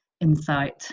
insight